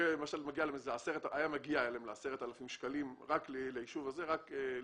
זה למשל הגיע להם ל-10,000 שקלים, רק לישוב כזה.